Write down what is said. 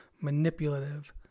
manipulative